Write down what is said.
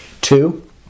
two